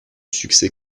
succès